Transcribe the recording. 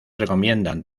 recomiendan